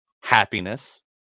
happiness